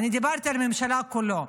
אני דיברתי על הממשלה כולה.